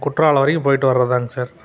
குற்றாலம் வரைக்கும் போயிட்டு வர்றது தாங்க சார்